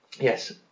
yes